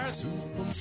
super